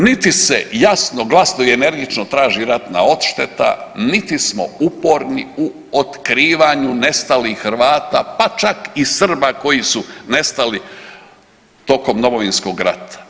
Niti se jasno, glasno i energično traži ratna odšteta, niti smo uporni u otkrivanju nestalih Hrvata, pa čak i Srba koji su nestali tokom Domovinskog rata.